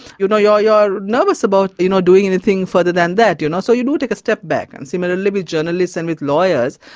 you know yeah you are nervous about you know doing anything further than that. and so you do take a step back. and similarly with journalists and with lawyers,